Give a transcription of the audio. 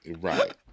Right